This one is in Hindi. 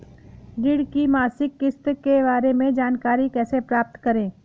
ऋण की मासिक किस्त के बारे में जानकारी कैसे प्राप्त करें?